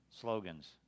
Slogans